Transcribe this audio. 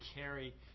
carry